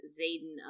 Zayden